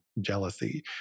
jealousy